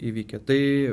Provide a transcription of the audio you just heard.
įvykę tai